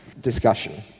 discussion